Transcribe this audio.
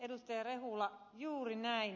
rehula juuri näin